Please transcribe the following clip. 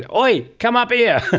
ah oi, come up yeah